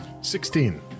Sixteen